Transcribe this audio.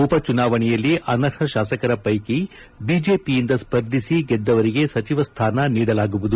ಉಪಚುನಾವಣೆಯಲ್ಲಿ ಅನರ್ಹ ಶಾಸಕರ ಪೈಕಿ ಬಿಜೆಪಿಯಿಂದ ಸ್ಪರ್ಧಿಸಿ ಗೆದ್ದವರಿಗೆ ಸಚಿವ ಸ್ನಾನ ನೀಡಲಾಗುವುದು